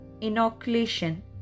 inoculation